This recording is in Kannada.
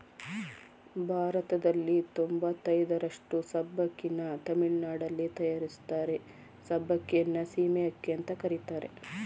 ಭಾರತದಲ್ಲಿ ತೊಂಬತಯ್ದರಷ್ಟು ಸಬ್ಬಕ್ಕಿನ ತಮಿಳುನಾಡಲ್ಲಿ ತಯಾರಿಸ್ತಾರೆ ಸಬ್ಬಕ್ಕಿಯನ್ನು ಸೀಮೆ ಅಕ್ಕಿ ಅಂತ ಕರೀತಾರೆ